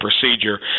procedure